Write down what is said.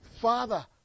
Father